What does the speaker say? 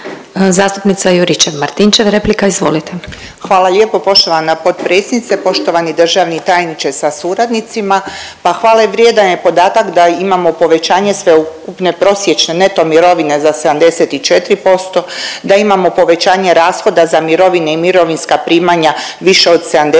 Hvala lijepo poštovana potpredsjednice, poštovani državni tajniče sa suradnicima. Pa hvale vrijedan je podatak da imamo povećanje sveukupne prosječne neto mirovine za 74%, da imamo povećanje rashoda za mirovine i mirovinska primanja više od 71%